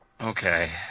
Okay